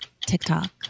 TikTok